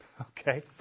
Okay